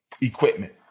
equipment